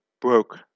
broke